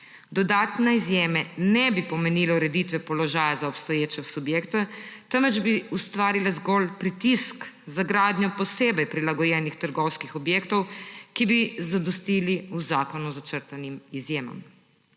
Dodatne izjeme ne bi pomenile ureditve položaja za obstoječe subjekte, temveč bi ustvarile zgolj pritisk za gradnjo posebej prilagojenih trgovskih objektov, ki bi zadostili v zakonu začrtanim izjemam,